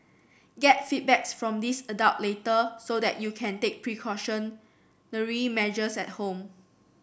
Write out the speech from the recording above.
get feedback from these adult later so that you can take precautionary measures at home